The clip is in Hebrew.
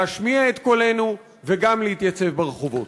להשמיע את קולנו וגם להתייצב ברחובות.